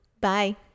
Bye